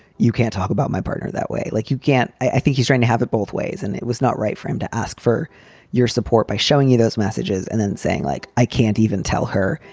you can't talk about my partner that way. like, you can't. i think he's trying to have it both ways. and it was not right for him to ask for your support by showing you those messages and then saying, like, i can't even tell her,